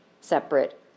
separate